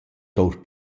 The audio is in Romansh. tour